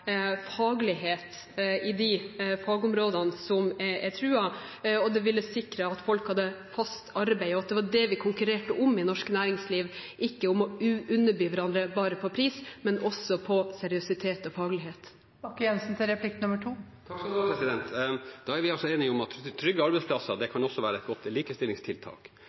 faglighet på de fagområdene som er truet, det ville ha sikret at folk hadde fast arbeid, og at det var det vi konkurrerte om i norsk næringsliv, ikke om å underby hverandre bare på pris, men satse på seriøsitet og faglighet. Da er vi altså enige om at trygge arbeidsplasser også kan være et godt likestillingstiltak. Et aktivt næringsliv som selv tar tak for å utvikle seg og øke sin konkurransekraft, kan også være et likestillingstiltak.